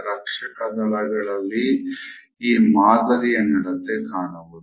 ರಕ್ಷಕ ದಳಗಳಲ್ಲಿ ಈ ಮಾದರಿಯ ನಡತೆ ಕಾಣುವುದು